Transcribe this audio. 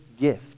gift